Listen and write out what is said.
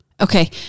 Okay